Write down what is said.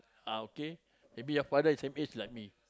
ah okay maybe your father is same age like me